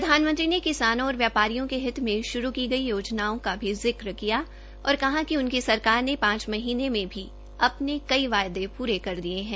प्रधानमंत्री ने किसानों और व्यापारियों के हित में शुरू की गई योजनाओं का जिक्र दिया और कहा कि उनकी सरकार ने पांच महीने मे ही अपने कई वायदे पूरे कर दिये है